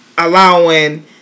allowing